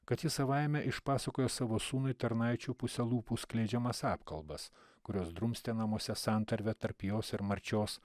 kad jis savaime išpasakojo savo sūnui tarnaičių puse lūpų skleidžiamas apkalbas kurios drumstė namuose santarvę tarp jos ir marčios